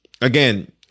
again